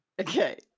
Okay